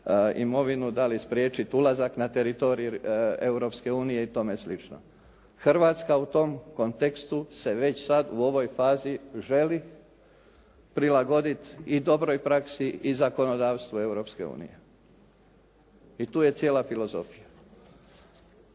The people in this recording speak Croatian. imovinu, da li spriječiti ulazak na teritorij Europske unije i tome slično. Hrvatska u tom kontekstu se već sada u ovoj fazi želi prilagoditi i dobroj praksi i zakonodavstvu Europske unije i tu je cijela filozofija.